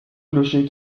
clocher